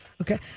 Okay